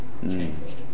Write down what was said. changed